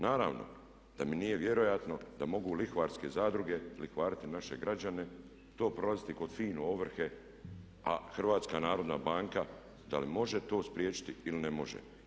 Naravno da mi nije vjerojatno da mogu lihvarske zadruge lihvariti naše građane, to prolaziti kod FINA-u ovrhe, a HNB da li može to spriječiti ili ne može.